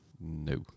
No